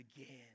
again